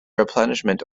replenishment